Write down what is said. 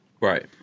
Right